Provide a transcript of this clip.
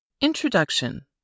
Introduction